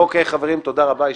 אוקיי חברים, תודה רבה.